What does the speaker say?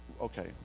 okay